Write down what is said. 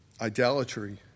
idolatry